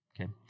okay